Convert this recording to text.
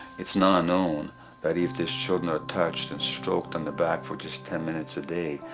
it's now known that if these children are touched and stroked on the back for just ten minutes a day,